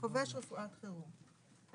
חובש רפואת חירום.